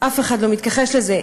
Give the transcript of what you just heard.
אף אחד לא מתכחש לזה.